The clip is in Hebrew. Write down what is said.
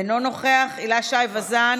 אינו נוכח, הילה שי וזאן,